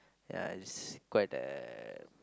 yeah it's quite a